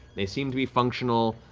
they seem to be functional,